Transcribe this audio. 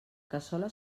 cassola